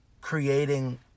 creating